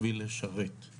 צריך לפרוס יותר מצלמות,